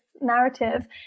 narrative